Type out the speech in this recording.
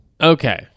okay